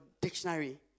dictionary